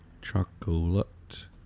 chocolate